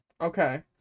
Okay